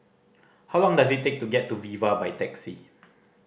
how long does it take to get to Viva by taxi